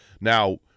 Now